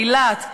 אילת,